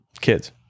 kids